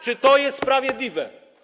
Czy to jest sprawiedliwe?